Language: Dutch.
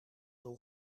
doel